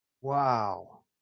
Wow